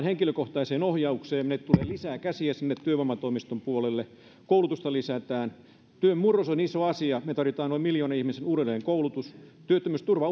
henkilökohtaiseen ohjaukseen tulee lisää käsiä sinne työvoimatoimiston puolelle koulutusta lisätään työn murros on iso asia me tarvitsemme noin miljoonan ihmisen uudelleenkoulutuksen työttömyysturva